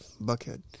Buckhead